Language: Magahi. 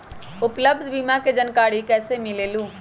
उपलब्ध बीमा के जानकारी कैसे मिलेलु?